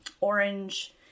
orange